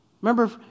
Remember